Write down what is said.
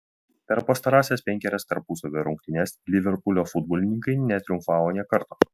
per pastarąsias penkerias tarpusavio rungtynes liverpulio futbolininkai netriumfavo nė karto